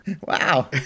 Wow